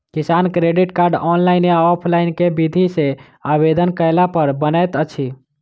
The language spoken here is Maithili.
किसान क्रेडिट कार्ड, ऑनलाइन या ऑफलाइन केँ विधि सँ आवेदन कैला पर बनैत अछि?